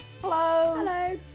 Hello